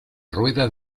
rueda